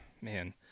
man